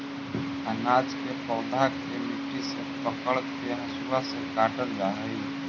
अनाज के पौधा के मुट्ठी से पकड़के हसुआ से काटल जा हई